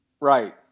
Right